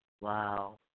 Wow